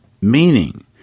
Meaning